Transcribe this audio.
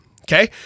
Okay